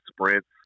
sprints